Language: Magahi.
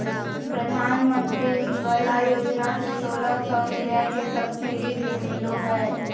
प्रधानमंत्री उज्ज्वला योजना से सोलह सौ रुपया के सब्सिडी भी मिलो हय